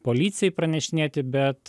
policijai pranešinėti bet